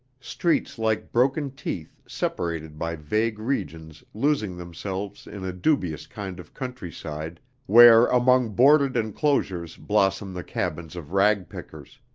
streets like broken teeth separated by vague regions losing themselves in a dubious kind of country-side where among boarded enclosures blossom the cabins of ragpickers.